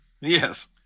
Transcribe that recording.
Yes